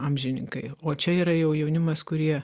amžininkai o čia yra jau jaunimas kurie